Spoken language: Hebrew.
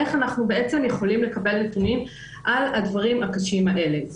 איך אנחנו בעצם יכולים לקבל נתונים על הדברים הקשים האלה.